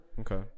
Okay